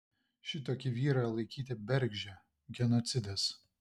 šitokį vyrą laikyti bergždžią genocidas